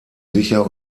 sicher